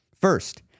First